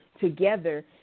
together